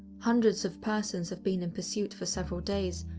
hundreds of persons have been in pursuit for several days,